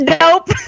Nope